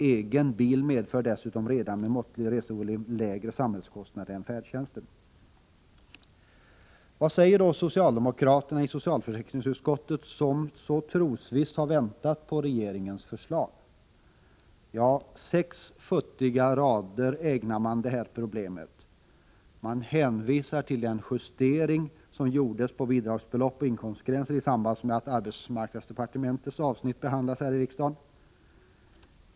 Egen bil medför dessutom, redan med måttlig resevolym, lägre samhällskostnader än färdtjänsten. Vad säger då socialdemokraterna i socialförsäkringsutskottet som så trosvisst har väntat på regeringens förslag? Ja, sex futtiga rader ägnar man åt det här problemet. Man hänvisar till den justering av bidragsbelopp och inkomstgränser som gjordes i samband med att arbetsmarknadsdepartementets avsnitt behandlades här i kammaren.